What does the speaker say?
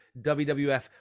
WWF